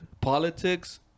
politics